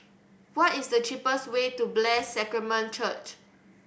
what is the cheapest way to Blessed Sacrament Church